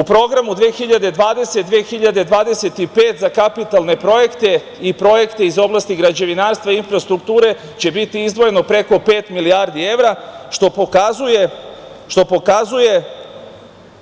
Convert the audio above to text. U Programu „2020-2025“ za kapitalne projekte i projekte iz oblasti građevinarstva i infrastrukture će biti izdvojeno preko pet milijardi evra, što pokazuje